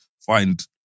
find